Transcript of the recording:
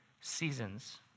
seasons